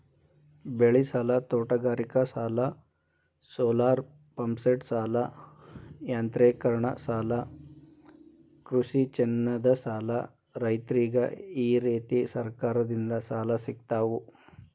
ಬೆಳಿಸಾಲ, ತೋಟಗಾರಿಕಾಸಾಲ, ಸೋಲಾರಪಂಪ್ಸೆಟಸಾಲ, ಯಾಂತ್ರೇಕರಣಸಾಲ ಕೃಷಿಚಿನ್ನದಸಾಲ ರೈತ್ರರಿಗ ಈರೇತಿ ಸರಕಾರದಿಂದ ಸಾಲ ಸಿಗ್ತಾವು